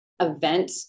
event